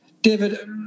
David